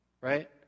right